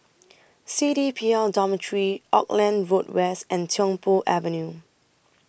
C D P L Dormitory Auckland Road West and Tiong Poh Avenue